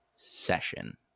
session